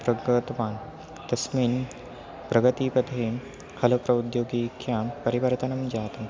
प्राग्गतवान् तस्मिन् प्रगतीपथे हलप्रौद्योगीक्यां परिवर्तनं जातं